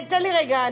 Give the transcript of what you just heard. תן לי רגע,